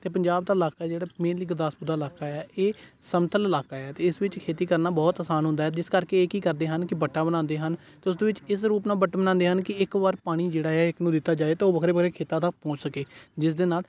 ਅਤੇ ਪੰਜਾਬ ਤਾਂ ਇਲਾਕਾ ਜਿਹੜਾ ਮੇਨਲੀ ਗੁਰਦਾਸਪੁਰ ਦਾ ਇਲਾਕਾ ਆ ਇਹ ਸਮਤਲ ਇਲਾਕਾ ਹੈ ਅਤੇ ਇਸ ਵਿੱਚ ਖੇਤੀ ਕਰਨਾ ਬਹੁਤ ਆਸਾਨ ਹੁੰਦਾ ਜਿਸ ਕਰਕੇ ਇਹ ਕੀ ਕਰਦੇ ਹਨ ਕਿ ਵੱਟਾਂ ਬਣਾਉਂਦੇ ਹਨ ਅਤੇ ਉਸ ਵਿੱਚ ਇਸ ਰੂਪ ਨਾਲ ਵੱਟ ਬਣਾਉਦੇ ਹਨ ਕਿ ਇੱਕ ਵਾਰ ਪਾਣੀ ਜਿਹੜਾ ਹੈ ਇੱਕ ਨੂੰ ਦਿੱਤਾ ਜਾਏ ਤਾਂ ਉਹ ਵੱਖਰੇ ਵੱਖਰੇ ਖੇਤਾਂ ਤੱਕ ਪਹੁੰਚ ਸਕੇ ਜਿਸ ਦੇ ਨਾਲ